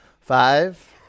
Five